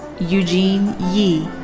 eugene yi.